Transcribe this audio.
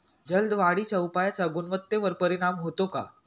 जलद वाढीच्या उपायाचा गुणवत्तेवर परिणाम होतो का?